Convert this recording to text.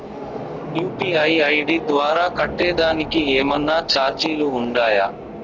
UPI ID ద్వారా కట్టేదానికి ఏమన్నా చార్జీలు ఉండాయా?